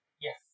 yes